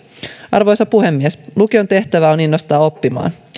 arvoisa puhemies lukion tehtävä on innostaa oppimaan